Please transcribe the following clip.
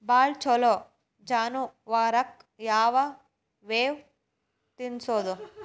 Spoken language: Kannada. ಭಾಳ ಛಲೋ ಜಾನುವಾರಕ್ ಯಾವ್ ಮೇವ್ ತಿನ್ನಸೋದು?